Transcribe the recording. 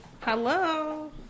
Hello